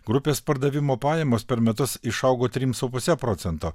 grupės pardavimo pajamos per metus išaugo trim su puse procento